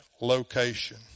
location